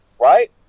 right